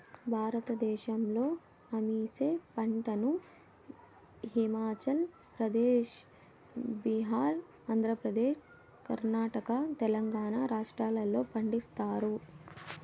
భారతదేశంలో అవిసె పంటను హిమాచల్ ప్రదేశ్, బీహార్, ఆంధ్రప్రదేశ్, కర్ణాటక, తెలంగాణ రాష్ట్రాలలో పండిస్తారు